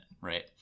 right